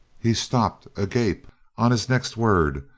he stopped, agape on his next word,